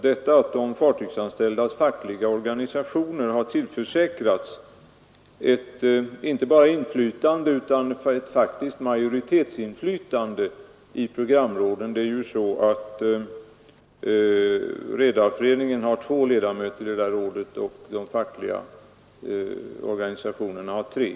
De fartygsanställdas organisationer har dock tillförsäkrats inte bara inflytande utan ett faktiskt majoritetsinflytande i programrådet — Redareföreningen har två ledamöter i rådet och de fackliga organisationerna har tre.